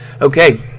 Okay